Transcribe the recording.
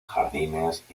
jardines